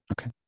Okay